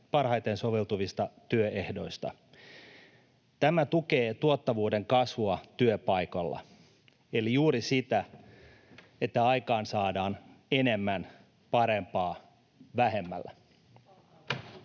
parhaiten soveltuvista työehdoista. Tämä tukee tuottavuuden kasvua työpaikalla eli juuri sitä, että aikaansaadaan enemmän parempaa vähemmällä.